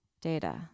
data